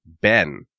Ben